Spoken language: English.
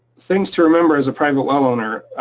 things to remember as a private well owner.